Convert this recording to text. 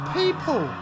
people